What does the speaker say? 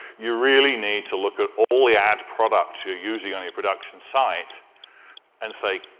you really need to look at all the ad products you're using on your production site and say,